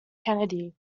kennedy